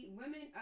women